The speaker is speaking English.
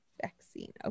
vaccine